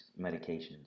medications